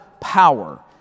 power